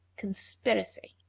conspiracy,